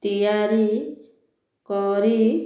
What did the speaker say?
ତିଆରି କରି